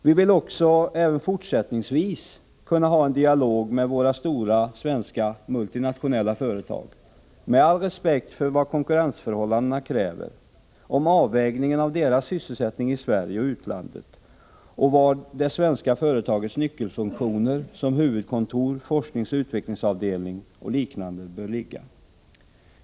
Vi vill även fortsättningsvis kunna ha en dialog med våra stora svenska multinationella företag — med all respekt för vad konkurrensförhållandena kräver — om avvägningen av deras sysselsättning i Sverige och utlandet och var det svenska företagets nyckelfunktioner som huvudkontor, forskningsoch utvecklingsavdelning och liknande bör ligga.